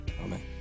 Amen